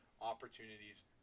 opportunities